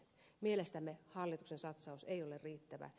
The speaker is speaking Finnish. mielestämme hallituksen satsaus ei ole riittävä